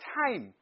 time